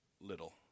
little